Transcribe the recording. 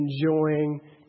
enjoying